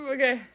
Okay